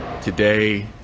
Today